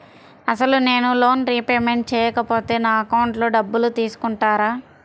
అసలు నేనూ loan repayment చేయకపోతే నా అకౌంట్లో డబ్బులు తీసుకుంటారా?